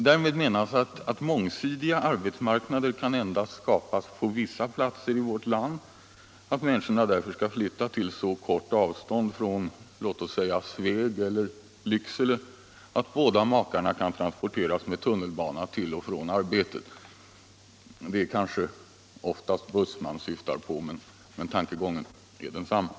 Därmed menas att mångsidiga arbetsmarknader endast kan skapas på vissa platser i vårt land, att människorna därför skall flytta till så kort avstånd från Sveg eller Lycksele att båda makarna kan transporteras med tunnelbana till och från arbetet. Det är kanske oftast buss man syftar på, men tankegången är densamma.